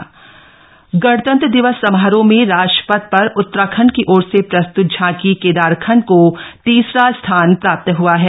झांकी केदारखंड गणतंत्र दिवस समारोह में राजपथ पर उत्तराखंड की ओर से प्रस्तुत झांकी केदारखंड को तीसरा स्थान प्राप्त हआ है